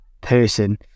person